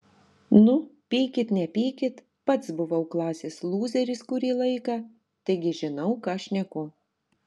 nu pykit nepykit pats buvau klasės lūzeris kurį laiką taigi žinau ką šneku